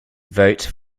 vote